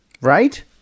Right